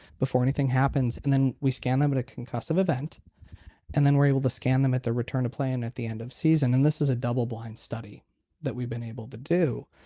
before anything happens and then we scan them at a concussive event and then we're able to scan them at the return-to-play and at end of season. and this is a double blind study that we've been able to do.